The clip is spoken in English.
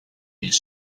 his